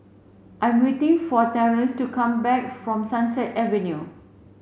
I am waiting for Terrance to come back from Sunset Avenue